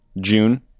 June